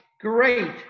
Great